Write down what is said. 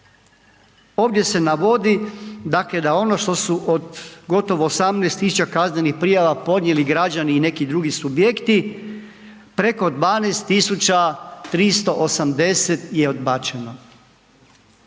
Ovdje se navodi dakle da ono što su od gotovo 18.000 kaznenih prijava podnijeli građani i neki drugi subjekti, preko 12.380 je odbačeno.